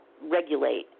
regulate